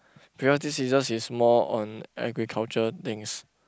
because this scissors is more on agriculture things